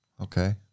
Okay